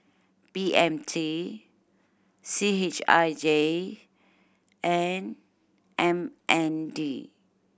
B M T C H I J and M N D